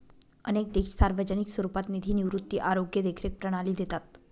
अनेक देश सार्वजनिक स्वरूपात निधी निवृत्ती, आरोग्य देखरेख प्रणाली देतात